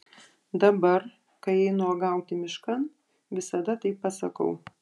dabar kai einu uogauti miškan visada taip pasakau